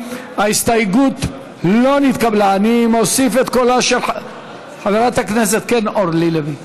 סלימאן, עבד אל חכים חאג' יחיא, חנין זועבי,